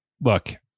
look